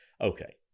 Okay